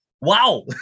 wow